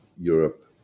Europe